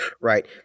right